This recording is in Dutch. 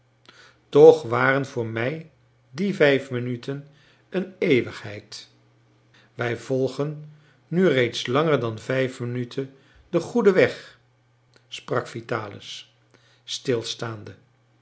toch waren voor mij die vijf minuten een eeuwigheid wij volgen nu reeds langer dan vijf minuten den goeden weg sprak vitalis stilstaande